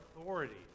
authority